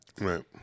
Right